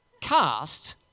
cast